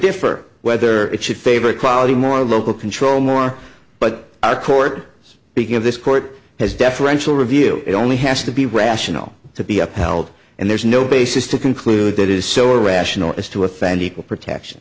differ whether it should favor equality more local control more but our court speaking of this court has deferential review it only has to be rational to be upheld and there's no basis to conclude that is so irrational as to offend equal protection